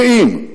גאים.